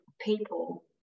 people